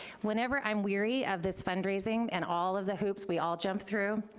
whenever i'm weary of this fundraising and all of the hoops we all jump through,